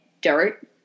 dirt